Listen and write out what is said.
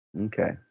Okay